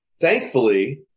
Thankfully